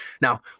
Now